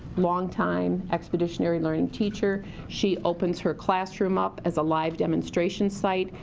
long-time, expeditionary learning teacher. she opens her classroom up as a live demonstration site.